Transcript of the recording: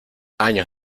años